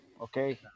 Okay